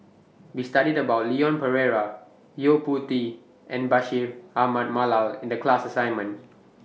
We studied about Leon Perera Yo Po Tee and Bashir Ahmad Mallal in The class assignment